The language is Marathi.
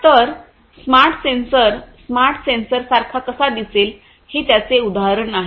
तर स्मार्ट सेन्सर स्मार्ट सेन्सरसारखा कसा दिसेल हे त्याचे उदाहरण आहे